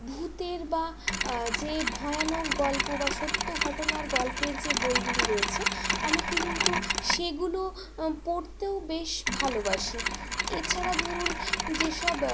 ভূতের বা যে ভয়ানক গল্প বা সত্য ঘটনার গল্পের যে বইগুলি রয়েছে আমি কিন্তু সেগুলো পড়তেও বেশ ভালোবাসি এছাড়া ধরুন যেসব